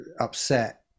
upset